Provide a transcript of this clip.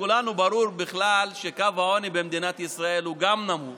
ולכולנו ברור שקו העוני במדינת ישראל הוא גם נמוך